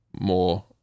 more